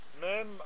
même